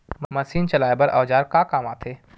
Machine चलाए बर औजार का काम आथे?